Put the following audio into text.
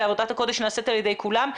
ועבודת הקודש נעשית על ידי כולם,